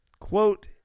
Quote